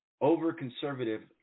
over-conservative